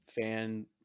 fan